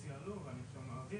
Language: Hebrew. לשבת ולתכלל את משרד האוצר,